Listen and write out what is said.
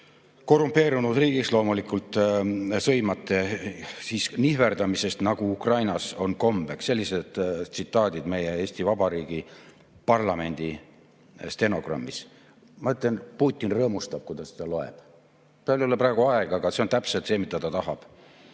Korrumpeerunud riigiks loomulikult sõimate, siis "nihverdamine, nagu Ukrainas on kombeks". Sellised tsitaadid meie Eesti Vabariigi parlamendi stenogrammis. Ma ütlen, Putin rõõmustab, kui ta seda loeb. Tal ei ole praegu aega, aga see on täpselt see, mida ta tahab.